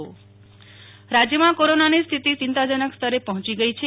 નેહ્લ ઠક્કર રાજ્ય કોરોના રાજ્યમાં કોરોનાની સ્થિતિ ચિંતાજનક સ્તરે પહોંચી ગઇ છે